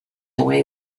away